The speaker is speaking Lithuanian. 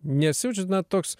nesijaučiat na toks